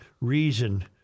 reason